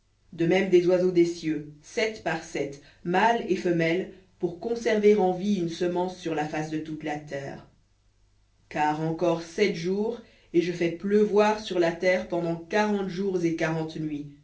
de même des oiseaux des cieux sept par sept mâle et femelle pour conserver en vie une semence sur la face de toute la terre car encore sept jours et je fais pleuvoir sur la terre pendant quarante jours et quarante nuits